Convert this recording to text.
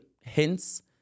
hints